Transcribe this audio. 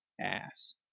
ass